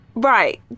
Right